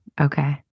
okay